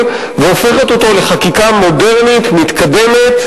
והופכת אותו לחקיקה מודרנית ומתקדמת,